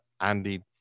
Andy